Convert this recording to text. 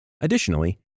Additionally